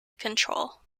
control